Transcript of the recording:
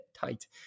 tight